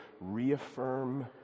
reaffirm